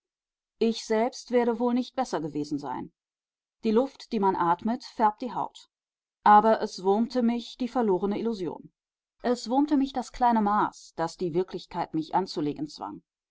ich selbst werde wohl nicht besser gewesen sein die luft die man atmet färbt die haut aber es wurmte mich die verlorene illusion es wurmte mich das kleine maß das die wirklichkeit mich anzulegen zwang